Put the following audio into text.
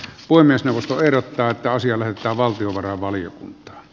puhemiesneuvosto ehdottaa että asia lähetetään valtiovarainvaliokuntaan